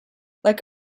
like